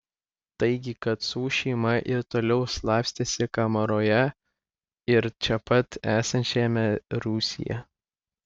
taigi kacų šeima ir toliau slapstėsi kamaroje ir čia pat esančiame rūsyje